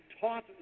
taught